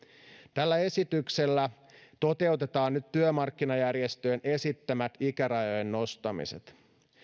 tällä esityksellä toteutetaan nyt työmarkkinajärjestöjen esittämät ikärajojen nostamiset